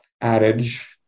adage